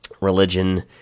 religion